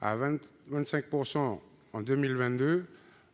à 25 % en 2022,